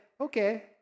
okay